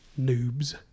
Noob's